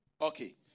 Okay